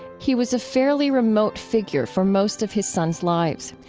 he was a fairly remote figure for most of his sons' lives.